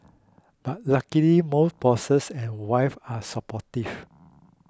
but luckily most bosses and wife are supportive